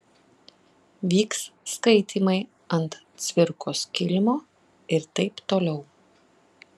vyks skaitymai ant cvirkos kilimo ir taip toliau